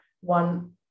one